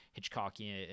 hitchcockian